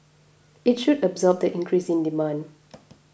it should absorb the increase in demand